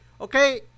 Okay